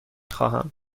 خواهم